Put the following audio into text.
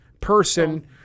person